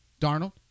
Darnold